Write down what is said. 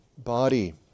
body